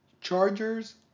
Chargers